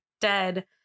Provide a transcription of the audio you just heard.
dead